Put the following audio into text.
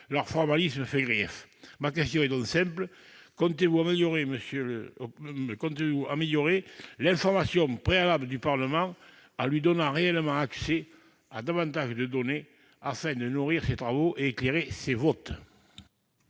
leur formalisme fait grief. Ma question est donc simple : comptez-vous améliorer l'information préalable du Parlement, en lui donnant réellement accès à davantage de données, afin de nourrir ses travaux et d'éclairer ses votes ?